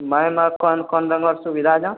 ओहिमे कोन कोन रङ्गक सुविधा छौ